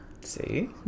See